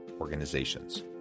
Organizations